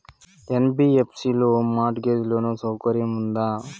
NBFC లో mortgage loan సౌకర్యం ఉందా?